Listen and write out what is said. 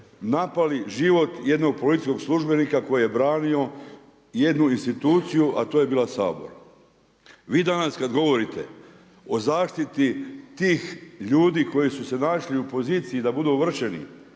napali život jednog policijskog službenika koji je branio jednu instituciju, a to je bio Sabor. Vi danas kada govorite o zaštiti tih ljudi koji su se našli u poziciji da budu ovršeni,